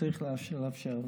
צריך לאפשר לו.